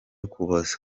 ukuboza